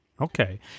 Okay